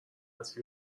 حذفی